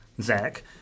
Zach